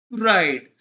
Right